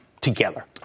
together